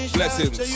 blessings